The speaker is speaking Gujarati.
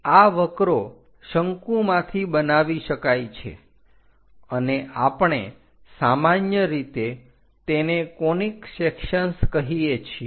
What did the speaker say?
આ વક્રો શંકુમાંથી બનાવી શકાય છે અને આપણે સામાન્ય રીતે તેને કોનીક સેકસન્સ કહીએ છીએ